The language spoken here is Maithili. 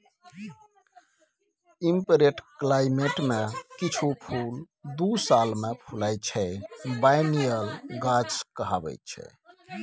टेम्परेट क्लाइमेट मे किछ फुल दु साल मे फुलाइ छै बायनियल गाछ कहाबै छै